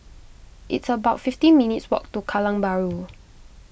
it's about fifty minutes' walk to Kallang Bahru